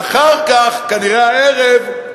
ואחר כך, כנראה הערב,